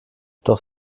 doch